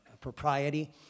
propriety